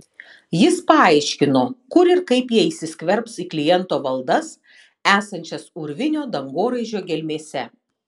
jis paaiškino kur ir kaip jie įsiskverbs į kliento valdas esančias urvinio dangoraižio gelmėse